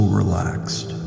relaxed